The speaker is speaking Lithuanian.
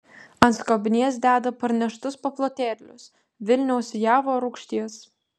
ant skobnies deda parneštus paplotėlius vilniaus javo rūgšties